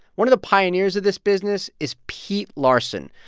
one of the pioneers of this business is pete larson.